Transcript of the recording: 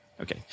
okay